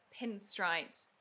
pinstripe